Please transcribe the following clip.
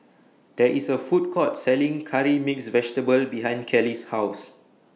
There IS A Food Court Selling Curry Mixed Vegetable behind Kellie's House